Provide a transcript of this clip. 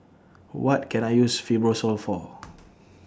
What Can I use Fibrosol For